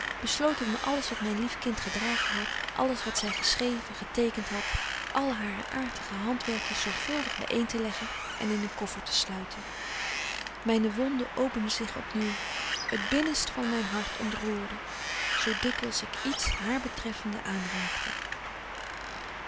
besloot ik om alles wat myn lief kind gedragen hadt alles wat zy geschreven getekent hadt alle hare aartige handwerkjes zorgvuldig by een te leggen en in een kofbetje wolff en aagje deken historie van mejuffrouw sara burgerhart fer te sluiten myne wonden openden zich op nieuw het binnenst van myn hart ontroerde zo dikwyls ik iets haar betreffende aanraakte